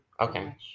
Okay